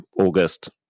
August